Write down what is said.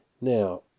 Now